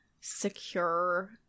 secure